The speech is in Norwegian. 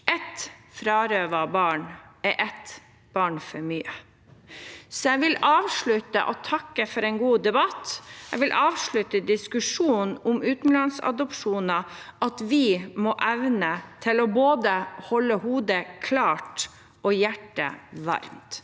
Ett frarøvet barn er ett barn for mye. Jeg vil avslutte med å takke for en god debatt. Jeg vil avslutte diskusjonen om utenlandsadopsjoner med at vi må evne å holde både hodet klart og hjertet varmt.